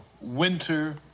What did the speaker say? Winter